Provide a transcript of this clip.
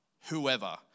whoever